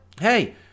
hey